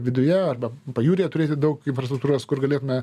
viduje arba pajūryje turėti daug infrastruktūros kur galėtume